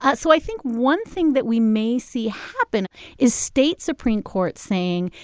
ah so i think one thing that we may see happen is state supreme court saying,